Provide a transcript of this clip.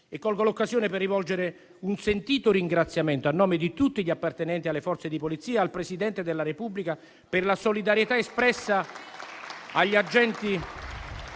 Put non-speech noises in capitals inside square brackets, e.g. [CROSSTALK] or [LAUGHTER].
Colgo l'occasione per rivolgere un sentito ringraziamento, a nome di tutti gli appartenenti alle Forze di polizia, al Presidente della Repubblica [APPLAUSE] per la solidarietà espressa agli agenti